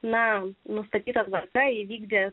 metų nustatyta tvarka įvykdė